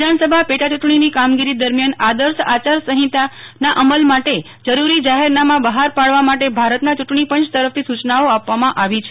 વિધાનસભા પેટા ચુંટણીની કામગીરી દરમ્યાન આદર્શ આચારસંહિતાના અમલ માટે જરૂરી જાહેરનામા બહાર પાડવા માટે ભારતના ચુંટણી પંચ તરફથી સૂચનાઓ આપવામાં આવી છે